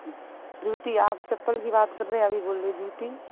جوتی آپ چپل کی بات کر رہے ابھی بول رہے جوتی